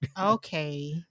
okay